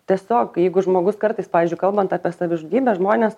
tiesiog jeigu žmogus kartais pavyzdžiui kalbant apie savižudybę žmonės